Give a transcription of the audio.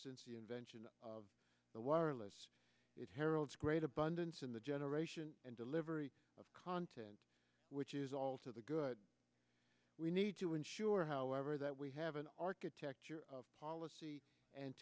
since the invention of the wireless it heralds great abundance in the generation and delivery of content which is all to the good we need to ensure however that we have an architecture of policy and